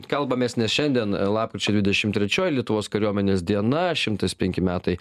kalbamės nes šiandien lapkričio dvidešim trečioji lietuvos kariuomenės diena šimtas penki metai